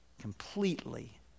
Completely